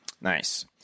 Nice